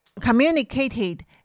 communicated